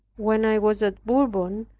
when i was at bourbon,